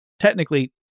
Technically